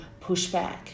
pushback